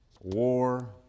war